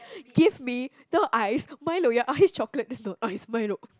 give me the ice Milo ya ice chocolate that's not ice Milo